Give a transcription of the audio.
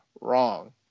wrong